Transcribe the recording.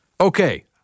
Okay